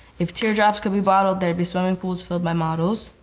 if teardrops could be bottled, there'd be swimming pools filled my models,